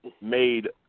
made